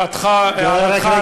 הערתך הטובה נרשמה.